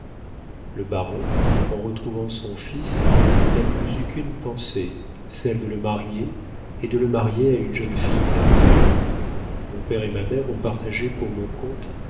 le baron en retrouvant son fils n'a plus eu qu'une pensée celle de le marier et de le marier à une jeune fille noble mon père et ma mère ont partagé pour mon compte